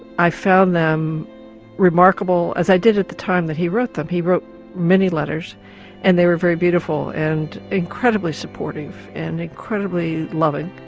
i found them remarkable, as i did at the time when he wrote them. he wrote many letters and they were very beautiful and incredibly supportive and incredibly loving,